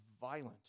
violent